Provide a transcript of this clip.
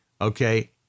okay